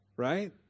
Right